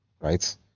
right